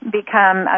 become